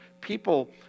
people